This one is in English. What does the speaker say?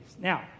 Now